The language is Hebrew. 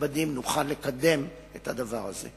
הנכבדים נוכל לקדם את הדבר הזה.